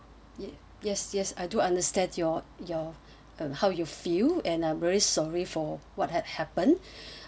ye~ yes yes I do understand your your uh how you feel and I'm very sorry for what had happened